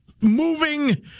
moving